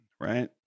right